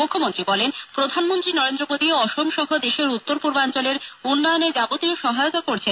মুখ্যমন্ত্রী বলেন প্রধানমন্ত্রী নরেন্দ্র মোদী অসম সহ দেশের উত্তর পূর্বাঞ্চলের উন্নয়নে যাবতীয় সহায়তা করছেন